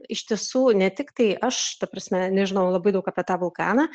iš tiesų ne tiktai aš ta prasme nežinau labai daug apie tą vulkaną